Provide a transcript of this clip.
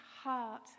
heart